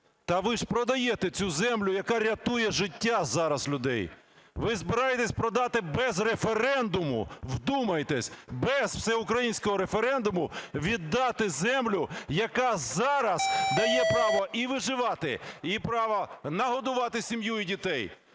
Та ви ж продаєте цю землю, яка рятує життя зараз людей. Ви збираєтеся продати без референдуму, вдумайтеся, без всеукраїнського референдуму віддати землю, яка зараз дає право і виживати, і право нагодувати сім'ю і дітей.